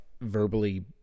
verbally